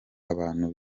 abantu